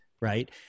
Right